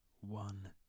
one